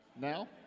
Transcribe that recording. now